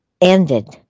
ended